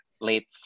late